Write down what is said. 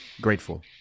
grateful